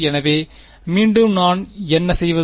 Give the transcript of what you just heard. எனவே மீண்டும் நான் என்ன செய்வது